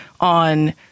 on